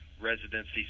residency